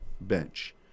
bench